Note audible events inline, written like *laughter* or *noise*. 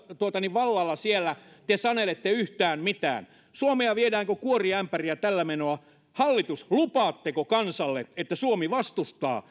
vallalla siellä te sanelette yhtään mitään suomea viedään kuin kuoriämpäriä tällä menoa hallitus lupaatteko kansalle että suomi vastustaa *unintelligible*